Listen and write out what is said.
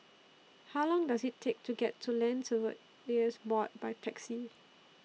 How Long Does IT Take to get to Land Surveyors Board By Taxi